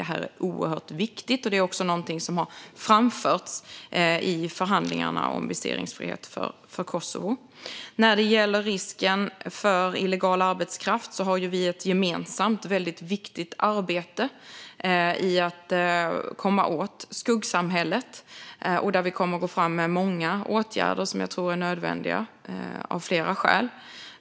Detta är oerhört viktigt, och det är också någonting som har framförts i förhandlingarna om viseringsfrihet för Kosovo. När det gäller risken för illegal arbetskraft har vi ett gemensamt och väldigt viktigt arbete i att komma åt skuggsamhället. Vi kommer att gå fram med många åtgärder som jag tror är nödvändiga av flera skäl.